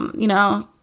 um you know,